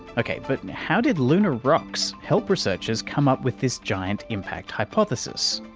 okay, but how did lunar rocks help researchers come up with this giant impact hypothesis?